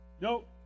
Nope